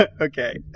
Okay